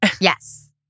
Yes